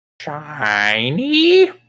Shiny